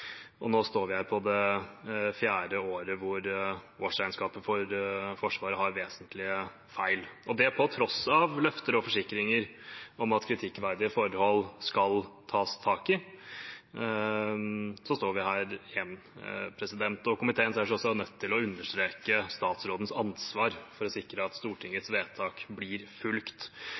og nå står vi her på det fjerde året da årsregnskapet for Forsvaret har vesentlige feil. På tross av løfter og forsikringer om at kritikkverdige forhold skal tas tak i, så står vi her igjen, og komiteen ser seg nødt til å understreke statsrådens ansvar for å sikre at Stortingets vedtak blir fulgt.